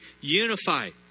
unified